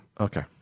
Okay